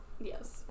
yes